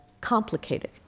complicated